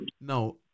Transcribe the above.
Now